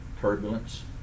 turbulence